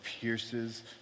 pierces